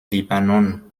libanon